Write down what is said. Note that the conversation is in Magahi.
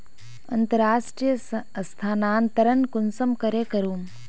अंतर्राष्टीय स्थानंतरण कुंसम करे करूम?